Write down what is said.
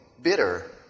bitter